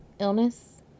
illness